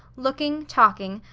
looking, talking,